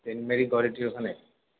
Saint Mary কলেজের ওখানে